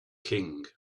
king